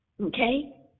Okay